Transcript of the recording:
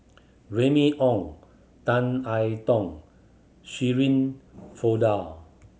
Remy Ong Tan I Tong Shirin Fozdar